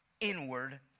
inward